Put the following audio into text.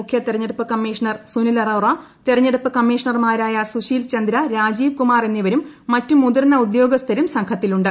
മുഖ്യ തിരഞ്ഞെടുപ്പ് കമ്മീഷണർ സുനിൽ അറോറ തെരഞ്ഞെടുപ്പ് കമ്മീഷണർമാരായ സുശീൽ ചന്ദ്ര രാജീവ് കുമാർ എന്നിവരും ് മറ്റ് മുതിർന്ന ഉദ്യോഗസ്ഥരും സംഘത്തിലുണ്ട്